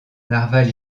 narwal